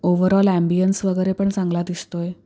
overall ambience वगैरे पण चांगला दिसतो आहे